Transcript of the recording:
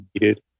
needed